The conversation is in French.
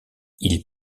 ils